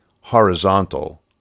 horizontal